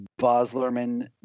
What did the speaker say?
Boslerman